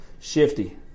shifty